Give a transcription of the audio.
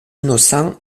innocents